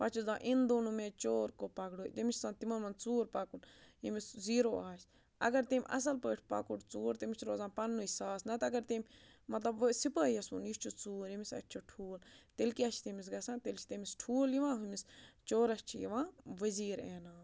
پَتہٕ چھُس دَپان اِن دونوں مےٚ چور کو پَکڑو تٔمِس چھِ آسان تِمَن منٛز ژوٗر پَکُن ییٚمِس زیٖرو آسہِ اگر تٔمۍ اَصٕل پٲٹھۍ پَکُڑ ژوٗر تٔمِس چھِ روزان پَنٛنُے ساس نَتہٕ اگر تٔمۍ مَطلَب وۄنۍ سِپٲہِیَس ووٚن یہِ چھُ ژوٗر ییٚمِس اَتھِ چھِ ٹھوٗل تیٚلہِ کیٛاہ چھِ تٔمِس گژھان تیٚلہِ چھِ تٔمِس ٹھوٗل یِوان ہُمِس چورَس چھِ یِوان ؤزیٖر انعام